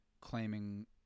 claiming